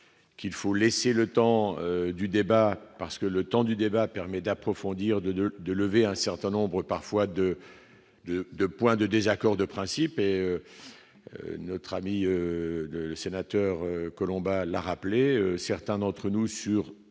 qu'il faut laisser le temps du débat parce que le temps du débat permet d'approfondir, de, de, de lever un certain nombre parfois de de 2 points de désaccord de principe et notre ami le sénateur Colomba l'rappelé certains d'entre nous sur